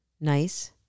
nice